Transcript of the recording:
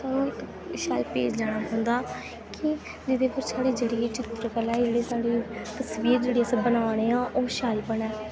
ओह् शैल पेज लैना पौंदा कि जेह्दे पर साढ़ी जेह्ड़ी चित्तरकला ऐ जेह्ड़ी साढ़ी तसबीर जेह्ड़ी अस बनाऽ ने आं ओह् शैल बनै